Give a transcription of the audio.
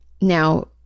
Now